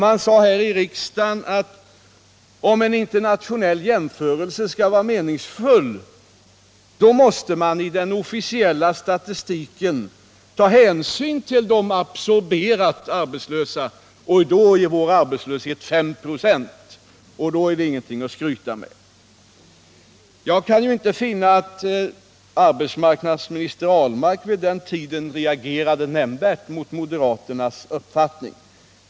Man sade här i riksdagen att om en internationell jämförelse skall vara meningsfull måste man i den officiella statistiken ta hänsyn till de absorberat arbetslösa. Då är vår arbetslöshet 5 96, och det är ingenting att skryta med. Jag kan inte finna att den nuvarande arbetsmarknadsministern Ahlmark vid den tiden reagerade nämnvärt mot moderaternas uppfattning.